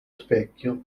specchio